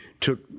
took